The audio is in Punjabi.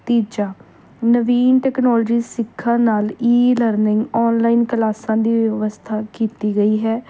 ਤੀਜਾ ਨਵੀਨ ਟੈਕਨੋਲੋਜੀ ਸਿੱਖਣ ਨਾਲ ਈਲਰਨਿੰਗ ਔਨਲਾਈਨ ਕਲਾਸਾਂ ਦੀ ਵਿਵਸਥਾ ਕੀਤੀ ਗਈ ਹੈ